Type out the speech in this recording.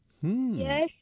Yes